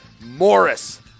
Morris